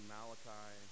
Malachi